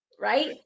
Right